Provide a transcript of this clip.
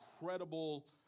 incredible